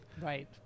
Right